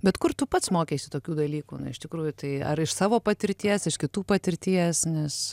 bet kur tu pats mokeisi tokių dalykų na iš tikrųjų tai ar iš savo patirties iš kitų patirties nes